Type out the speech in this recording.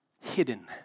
hidden